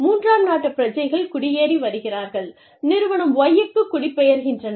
மூன்றாம் நாட்டுப் பிரஜைகள் குடியேறி வருகிறார்கள் நிறுவனம் Y க்கு குடிபெயர்கின்றனர்